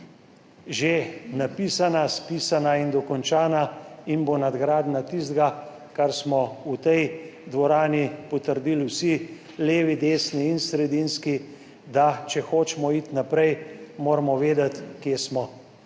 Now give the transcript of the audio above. že napisana, spisana in dokončana in bo nadgradnja tistega, kar smo v tej dvorani potrdili vsi, levi, desni in sredinski, da če hočemo iti naprej, moramo vedeti, kje smo.